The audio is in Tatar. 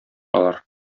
алар